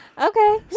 okay